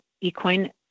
equine